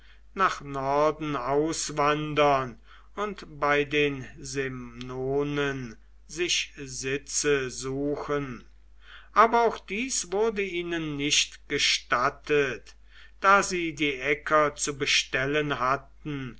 nach norden auswandern und bei den semnonen sich sitze suchen aber auch dies wurde ihnen nicht gestattet da sie die äcker zu bestellen hatten